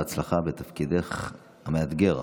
בהצלחה בתפקידך המאתגר.